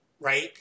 right